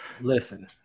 Listen